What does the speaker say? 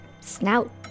snout